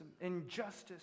injustice